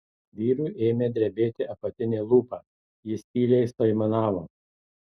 vyrui ėmė drebėti apatinė lūpa jis tyliai suaimanavo